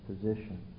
position